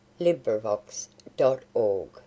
LibriVox.org